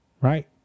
Right